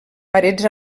parets